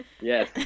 Yes